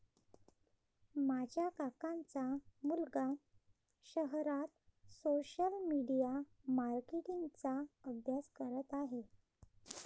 माझ्या काकांचा मुलगा शहरात सोशल मीडिया मार्केटिंग चा अभ्यास करत आहे